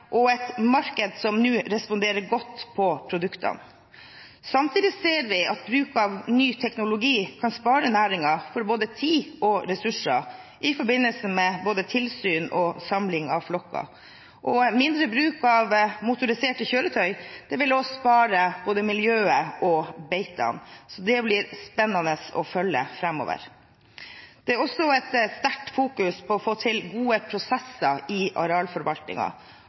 et marked som nå responderer godt på produktene. Samtidig ser vi at bruk av ny teknologi kan spare næringen for både tid og ressurser i forbindelse med både tilsyn med og samling av flokker. Mindre bruk av motoriserte kjøretøy vil også spare både miljøet og beitene. Så det blir det spennende å følge framover. Man fokuserer også sterkt på å få til gode prosesser i